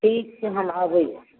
ठीक छै हम अबै छी